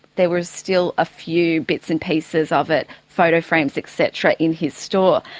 there was still a few bits and pieces of it, photo frames et cetera, in his store.